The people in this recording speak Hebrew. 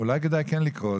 כן לקרוא אותו.